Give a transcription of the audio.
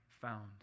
found